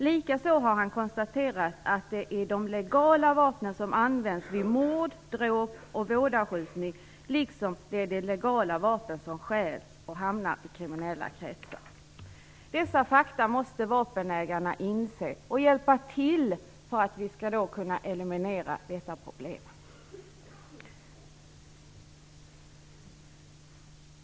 Likaså har han konstaterat att det är de legala vapnen som används vid mord, dråp och vådaskjutning, liksom det är de legala vapnen som stjäls och hamnar i kriminella kretsar. Dessa fakta måste vapenägarna inse, och de måste också hjälpa till för att vi skall kunna eliminera detta problem.